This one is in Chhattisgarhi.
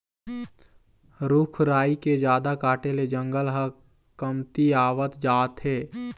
रूख राई के जादा काटे ले जंगल ह कमतियावत जात हे